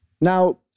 Now